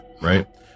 right